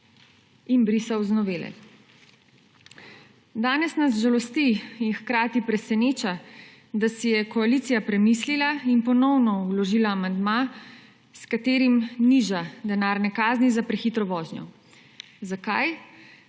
in brisal iz novele. Danes na žalosti in hkrati preseneča, da si je koalicija premislila in ponovno vložila amandma s katerim niža denarne kazni za prehitro vožnjo. Zakaj?